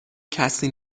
کسی